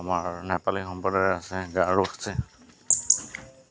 আমাৰ নেপালী সম্প্ৰদায়ৰ আছে গাৰো আছে